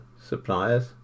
suppliers